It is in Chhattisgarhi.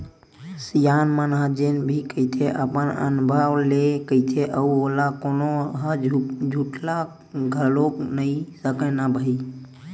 सियान मन ह जेन भी कहिथे अपन अनभव ले कहिथे अउ ओला कोनो ह झुठला घलोक नइ सकय न भई